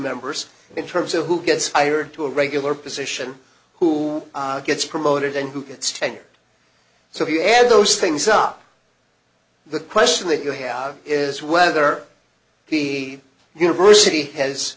members in terms of who gets hired to a regular position who gets promoted and who gets tenure so if you add those things up the question that you have is whether the university has